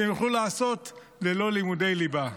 שהם יוכלו לעשות ללא לימודי ליבה.